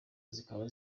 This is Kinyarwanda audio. zikaba